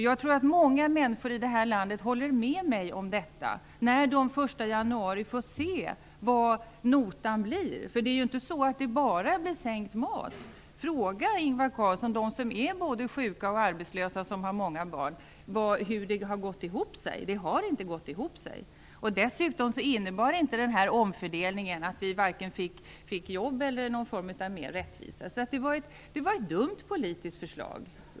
Jag tror att många människor i vårt land som nu efter den 1 januari får se hur notan ser ut håller med mig om detta. Det blir inte bara sänkta matpriser. Fråga, Ingvar Carlsson, dem som är både sjuka och arbetslösa och har många barn hur det har gått i hop sig! Det har det inte gjort. Dessutom innebar denna omfördelning inte att vi fick vare sig fler jobb eller någon större rättvisa. Det var alltså ett dumt politiskt förslag.